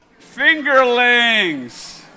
Fingerlings